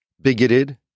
bigoted